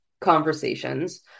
conversations